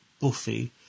Buffy